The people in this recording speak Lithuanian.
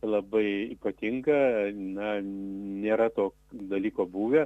labai ypatinga na nėra to dalyko buvę